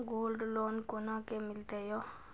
Gold loan कोना के मिलते यो?